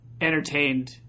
entertained